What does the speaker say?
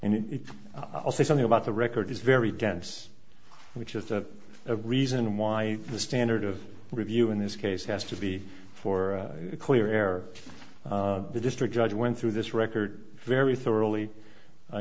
and it says something about the record is very dense which is the reason why the standard of review in this case has to be for a clear error the district judge went through this record very thoroughly